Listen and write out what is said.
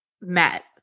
met